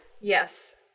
Yes